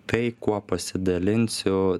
tai kuo pasidalinsiu